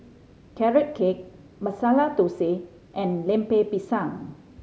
Carrot Cake Masala Thosai and Lemper Pisang